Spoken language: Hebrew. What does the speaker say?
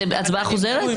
הצבעה לא אושרו.